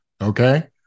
Okay